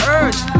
urge